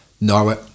Norway